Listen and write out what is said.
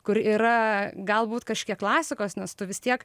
kur yra galbūt kažkiek klasikos nes tu vis tiek